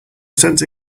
sense